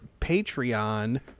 Patreon